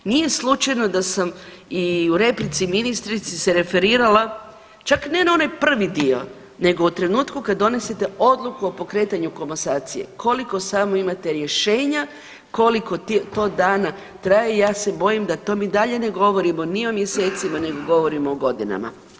Nije slučajno da sam i u replici ministrici se referirala čak ne ni na onaj prvi dio, nego u trenutku kad donosite odluku o pokretanju komasacije koliko samo imate rješenja, koliko to dana traje i ja se bojim da mi to dalje ne govorimo ni o mjesecima, nego govorimo o godinama.